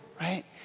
right